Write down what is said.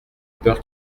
peur